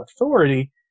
authority